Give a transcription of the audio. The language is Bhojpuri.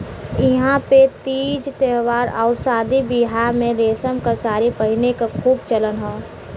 इहां पे तीज त्यौहार आउर शादी बियाह में रेशम क सारी पहिने क खूब चलन हौ